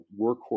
workhorse